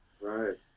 Right